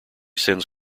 sends